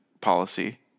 policy